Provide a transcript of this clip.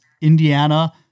Indiana